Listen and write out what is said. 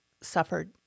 suffered